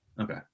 Okay